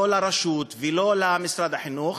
לא הרשות ולא משרד החינוך,